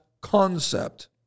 concept